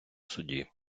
суді